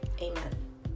Amen